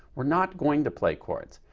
we're not going to play chords.